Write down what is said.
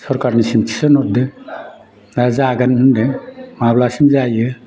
सोरखारनिसिम थिसनहरदो दा जागोन होनो माब्लासिम जायो